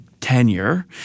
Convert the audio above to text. tenure